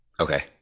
okay